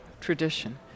tradition